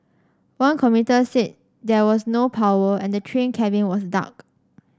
one commuter said there was no power and the train cabin was dark